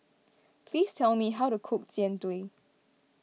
please tell me how to cook Jian Dui